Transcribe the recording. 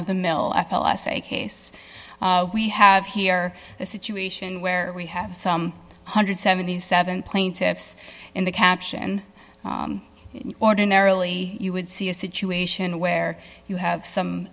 of the mill f l s a case we have here a situation where we have some one hundred and seventy seven plaintiffs in the caption ordinarily you would see a situation where you have some